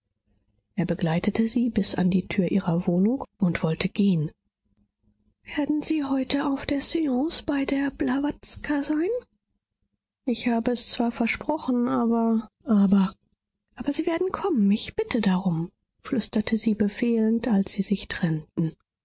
er begleitete sie bis an die tür ihrer wohnung und wollte gehen werden sie heute auf der seance bei der blawatska sein ich habe es zwar versprochen aber aber aber sie werden kommen ich bitte darum flüsterte sie befehlend als sie sich trennten